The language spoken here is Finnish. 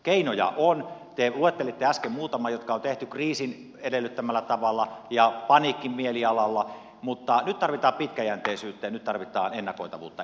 keinoja on te luettelitte äsken muutaman jotka on tehty kriisin edellyttämällä tavalla ja paniikkimielialalla mutta nyt tarvitaan pitkäjänteisyyttä ja nyt tarvitaan ennakoitavuutta enemmän